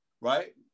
right